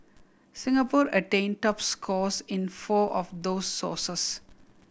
Singapore attained top scores in four of those sources